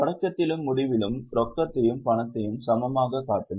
தொடக்கத்திலும் முடிவிலும் ரொக்கத்தையும் பணத்தையும் சமமாகக் காட்டுங்கள்